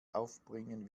aufbringen